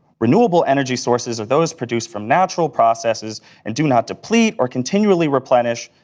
renewable energy sources are those produced from natural processes and do not deplete, or continually replenish,